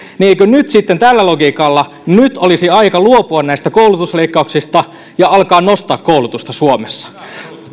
eikö nyt sitten tällä logiikalla olisi aika luopua näistä koulutusleikkauksista ja alkaa nostaa koulutusta suomessa